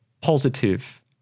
positive